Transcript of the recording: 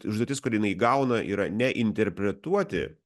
užduotis kur jinai gauna yra ne interpretuoti